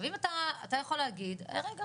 אתה יכול להגיד 'רגע,